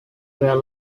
were